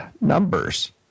numbers